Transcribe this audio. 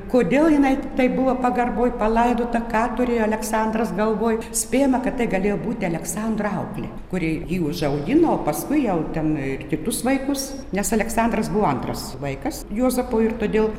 kodėl jinai taip buvo pagarboj palaidota ką turėjo aleksandras galvoj spėjama kad tai galėjo būti aleksandro auklė kuri jį užaugino o paskui jau ten ir kitus vaikus nes aleksandras buvo antras vaikas juozapo ir todėl